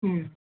ம்